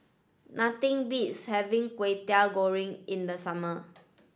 nothing beats having Kway Teow Goreng in the summer